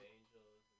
Angels